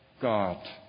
God